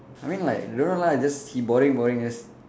I mean like don't know lah just he boring boring just